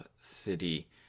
City